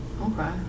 Okay